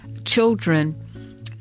children